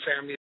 family